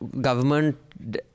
government